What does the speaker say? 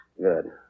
Good